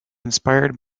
inspired